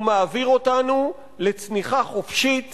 הוא מעביר אותנו לצניחה חופשית